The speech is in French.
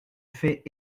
fait